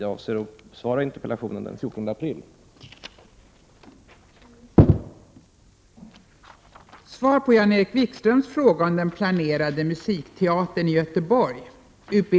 Jag avser att besvara interpellationen den 14 april.